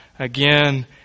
Again